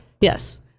Yes